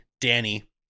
Danny